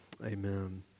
Amen